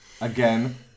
Again